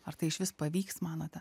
ar tai išvis pavyks manote